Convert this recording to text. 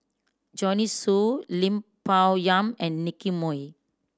Joanne Soo Lim Bo Yam and Nicky Moey